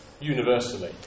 universally